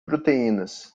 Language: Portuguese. proteínas